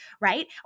right